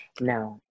No